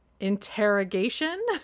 interrogation